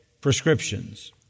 prescriptions